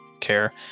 care